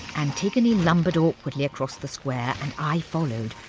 antigone lumbered awkwardly across the square, and i followed,